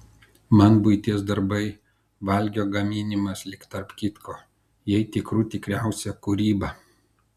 man buities darbai valgio gaminimas lyg tarp kitko jai tikrų tikriausia kūryba